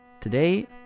Today